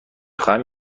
خواهم